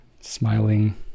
smiling